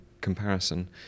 comparison